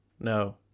No